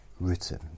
written